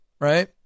Right